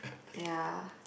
ya